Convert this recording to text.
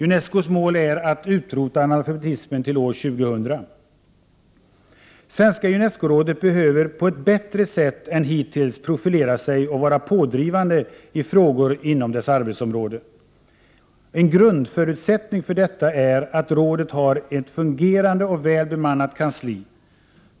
Unescos mål är att utrota analfabetismen till år 2000. Svenska Unescorådet behöver på ett bättre sätt än hittills profilera sig och vara pådrivande i frågor inom sitt arbetsområde. En grundförutsättning för detta är att rådet har ett fungerande och väl bemannat kansli.